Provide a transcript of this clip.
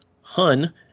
Hun